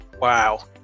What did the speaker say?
wow